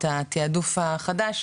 את התיעדוף החדש,